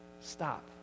stop